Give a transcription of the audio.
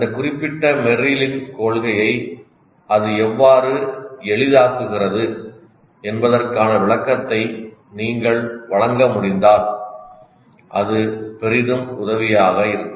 அந்த குறிப்பிட்ட மெர்லின் கொள்கையை அது எவ்வாறு எளிதாக்குகிறது என்பதற்கான விளக்கத்தை நீங்கள் வழங்க முடிந்தால் அது பெரிதும் உதவியாக இருக்கும்